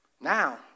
now